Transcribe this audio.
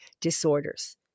disorders